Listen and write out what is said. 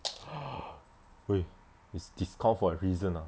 喂 is discount for a reason ah